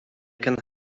can